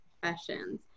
professions